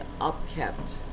upkept